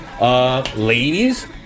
ladies